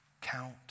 count